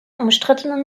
umstrittenen